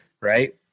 Right